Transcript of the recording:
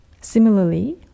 Similarly